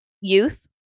youth